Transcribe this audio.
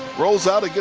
rolls out, yeah